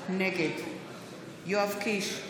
נגד יואב קיש,